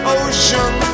ocean